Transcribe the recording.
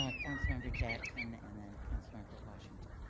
um councilmember jackson and then councilmember washington.